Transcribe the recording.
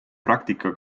praktika